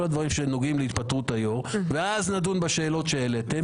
הדברים שנוגעים להתפטרות היו"ר ואז נדון בשאלות שהעליתם.